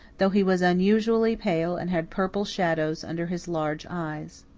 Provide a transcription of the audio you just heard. though he was unusually pale and had purple shadows under his large eyes.